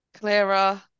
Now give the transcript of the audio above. Clearer